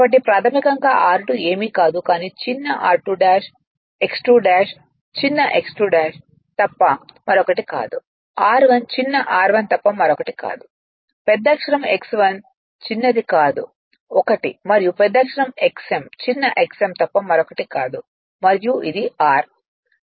కాబట్టి ప్రాథమికంగా r2 ఏమీ కాదు కానీ చిన్న r2 X2 చిన్న X 2 తప్ప మరొకటి కాదు R 1 చిన్న r 1 తప్ప మరొకటి కాదు పెద్దక్షరం X1 చిన్నది కాదు 1 మరియు పెద్దక్షరం X m చిన్న xm తప్ప మరొకటి కాదు మరియు ఇది r